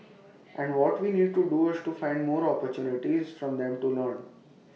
and what we need to do is find more opportunities for them to learn